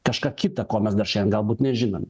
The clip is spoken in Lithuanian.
kažką kita ko mes dar šiandien galbūt nežinome